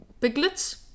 piglets